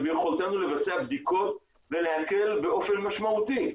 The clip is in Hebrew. וביכולתנו לבצע בדיקות ולהקל באופן משמעותי,